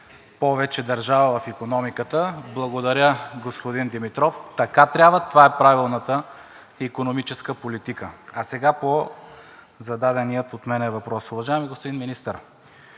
повече държава в икономиката. Благодаря, господин Димитров. Така трябва, това е правилната икономическа политика! Сега по зададения от мен въпрос. Уважаеми господин Министър,